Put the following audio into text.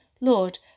Lord